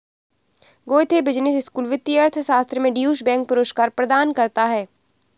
Goethe business school वित्तीय अर्थशास्त्र में ड्यूश बैंक पुरस्कार प्रदान करता है